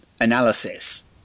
Analysis